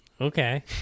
Okay